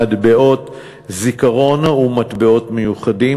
מטבעות זיכרון ומטבעות מיוחדים.